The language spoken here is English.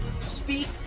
speak